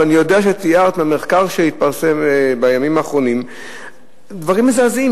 ואני יודע שתיארת מהמחקר שהתפרסם בימים האחרונים דברים מזעזעים,